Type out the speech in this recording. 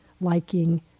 liking